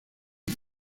sus